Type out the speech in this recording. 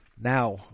now